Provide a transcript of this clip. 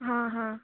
हां हां